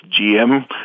GM